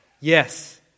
Yes